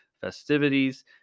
festivities